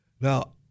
Now